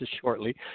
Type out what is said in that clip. shortly